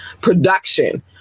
production